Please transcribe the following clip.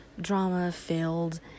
drama-filled